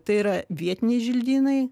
tai yra vietiniai želdynai